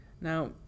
Now